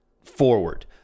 forward